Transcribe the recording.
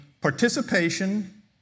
participation